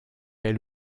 elle